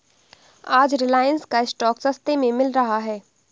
आज रिलायंस का स्टॉक सस्ते में मिल रहा है